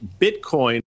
Bitcoin